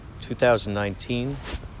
2019